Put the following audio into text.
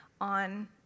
on